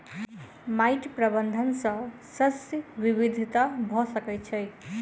माइट प्रबंधन सॅ शस्य विविधता भ सकै छै